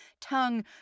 tongue